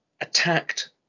attacked